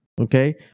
Okay